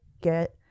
get